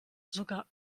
sogar